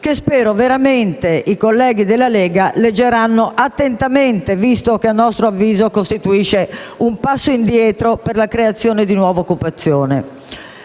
che spero veramente i colleghi della Lega leggeranno attentamente, visto che, a nostro avviso, costituisce un passo indietro per la creazione di nuova occupazione.